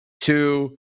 two